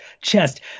chest